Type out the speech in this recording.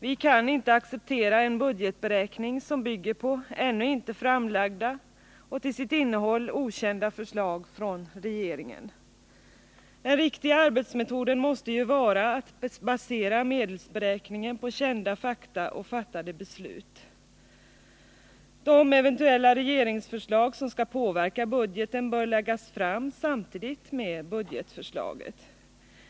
Vi kan inte acceptera en budgetberäkning, som bygger på ännu inte framlagda och till sitt innehåll okända förslag från regeringen. Den riktiga arbetsmetoden måste ju vara att basera medelsberäkningen på kända fakta och fattade beslut. De eventuella regeringsförslag som skall påverka budgeten bör läggas fram samtidigt med budgetförslaget.